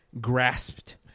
grasped